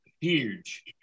huge